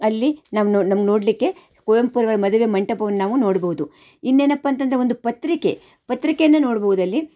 ಅಲ್ಲಿ ನಮ್ಮ ನೋಡಿ ನಮ್ಗೆ ನೋಡಲಿಕ್ಕೆ ಕುವೆಂಪುರವ್ರ ಮದುವೆ ಮಂಟಪವನ್ನು ನಾವು ನೋಡ್ಬೋದು ಇನ್ನೇನಪ್ಪ ಅಂತಂದ್ರೆ ಒಂದು ಪತ್ರಿಕೆ ಪತ್ರಿಕೆಯನ್ನು ನೋಡ್ಬೌದಲ್ಲಿ